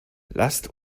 lasst